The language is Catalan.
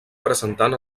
presentat